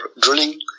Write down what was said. drilling